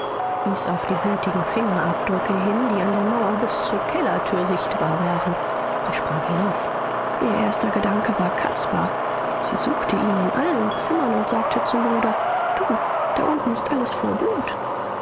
wies auf die blutigen fingerabdrücke hin die an der mauer bis zur kellertür sichtbar waren sie sprang hinauf ihr erster gedanke war caspar sie suchte ihn in allen zimmern und sagte zum bruder du da unten ist alles voll blut